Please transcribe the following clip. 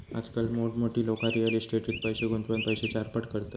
आजकाल मोठमोठी लोका रियल इस्टेटीट पैशे गुंतवान पैशे चारपट करतत